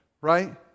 right